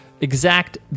exact